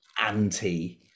anti